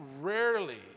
rarely